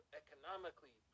economically